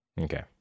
Okay